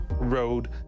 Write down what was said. road